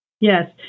Yes